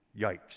yikes